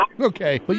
Okay